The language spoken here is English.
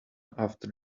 after